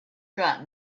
got